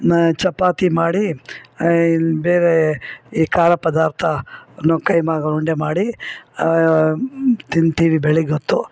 ಮೇ ಚಪಾತಿ ಮಾಡಿ ಇನ್ನ ಬೇರೆ ಈ ಖಾರ ಪದಾರ್ಥ ಅನ್ನು ಕೈಮಾಗಳ ಉಂಡೆ ಮಾಡಿ ತಿಂತೀವಿ ಬೆಳಗ್ಗೆ ಹೊತ್ತು